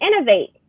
innovate